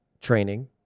training